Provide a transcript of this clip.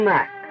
Mac